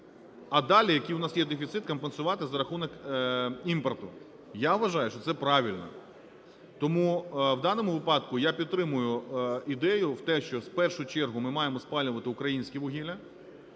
А далі, який в нас є дефіцит, компенсувати за рахунок імпорту. Я вважаю, що це правильно. Тому в даному випадку я підтримую ідею в те, що в першу чергу ми маємо спалювати українське вугілля.